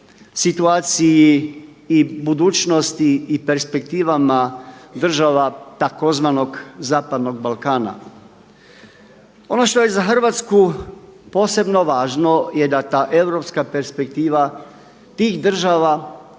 situaciji i budućnosti i perspektivama država tzv. Zapadnog Balkana. Ono što je za Hrvatsku posebno važno je da ta europska perspektiva tih država